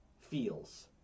feels